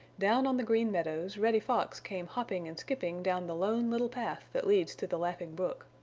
down on the green meadows reddy fox came hopping and skipping down the lone little path that leads to the laughing brook.